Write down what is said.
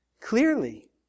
clearly